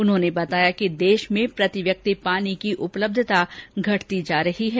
उन्होंने बताया कि देष में प्रति व्यक्ति पानी की उपलब्यता घटती जा रही है